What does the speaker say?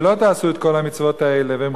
ולא תעשו את כל המצוות האלה" ואם,